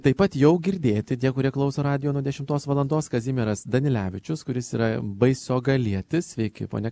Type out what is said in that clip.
taip pat jau girdėti tie kurie klauso radijo nuo dešimtos valandos kazimieras danilevičius kuris yra baisogalietis sveiki pone